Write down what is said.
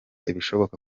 ibishoboka